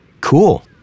cool